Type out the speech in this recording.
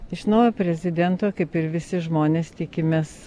iš naujo prezidento kaip ir visi žmonės tikimės